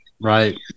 Right